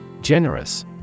Generous